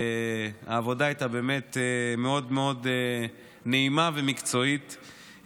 העבודה הייתה באמת מאוד מאוד נעימה ומקצועית,